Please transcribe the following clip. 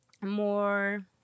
more